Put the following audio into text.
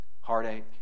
heartache